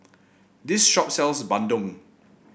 this shop sells bandung